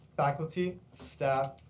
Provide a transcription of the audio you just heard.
faculty, staff,